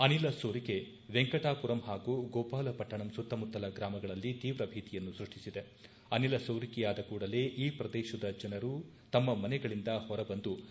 ಅನಿಲ ಸೋರಿಕೆ ವೆಂಕಟಾಪುರಂ ಹಾಗೂ ಗೋಪಾಲಪಟ್ಟಣಂ ಸುತ್ತಮುತ್ತಲ ಗ್ರಾಮಗಳಲ್ಲಿ ತೀವ್ರ ಭೀತಿಯನ್ನು ಅನಿಲ ಸೋರಿಕೆಯಾದ ಕೂಡಲೇ ಈ ಪ್ರದೇಶದ ಜನರು ತಮ್ಮ ಮನೆಗಳಿಂದ ಹೊರಬಂದು ಸೃಷ್ಟಿಸಿದೆ